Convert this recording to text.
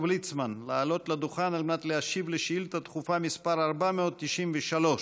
ליצמן לעלות לדוכן על מנת להשיב לשאילתה דחופה מס' 493,